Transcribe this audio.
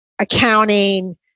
accounting